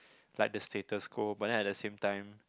like the status go but then at the same time